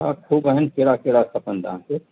हा फ़्रूट आहिनि कहिड़ा कहिड़ा खपेनि तव्हांखे